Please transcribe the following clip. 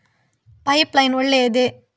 Pipe line ಒಳ್ಳೆಯದೇ?